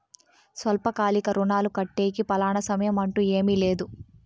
స్వల్పకాలిక రుణాలు కట్టేకి ఫలానా సమయం అంటూ ఏమీ లేదు